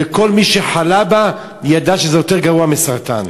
וכל מי שחלה בה ידע שזה יותר גרוע מסרטן.